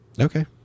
Okay